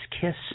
Kiss